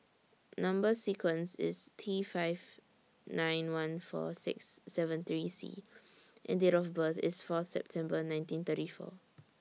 Number sequence IS T five nine one four six seven three C and Date of birth IS Fourth September nineteen thirty four